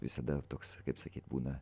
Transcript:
visada toks kaip sakyt būna